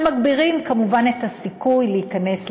שמגבירים כמובן את הסיכוי להיכנס להיריון.